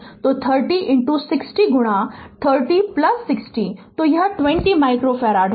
तो 30 60 गुणा 3060 तो यह 20 माइक्रोफ़ारड होगा